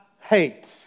hate